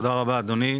תודה רבה, אדוני.